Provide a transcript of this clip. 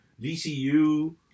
VCU